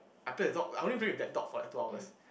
I play the dog I only play with that dog for like two hours